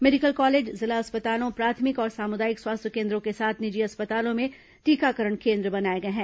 medical college जिला अस्पतालों प्राथमिक और सामुदायिक स्वास्थ्य केन्द्रों के साथ निजी अस्पतालों में टीकाकरण केन्द्र बनाए गए हैं